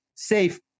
safe